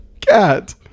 Cat